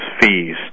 fees